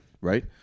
Right